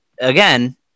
again